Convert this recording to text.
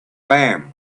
lamb